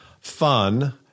fun